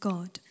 God